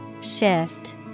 Shift